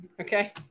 Okay